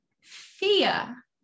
fear